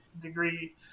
degree